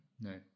no